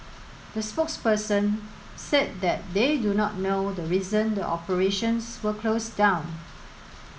the spokesperson said that they do not know the reason the operations were closed down